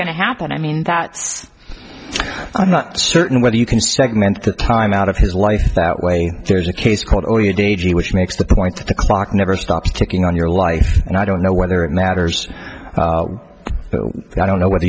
to happen i mean that i'm not certain whether you can segment the time out of his life that way there's a case called only a day g which makes the point that the clock never stops ticking on your life and i don't know whether it matters i don't know whether